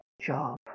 job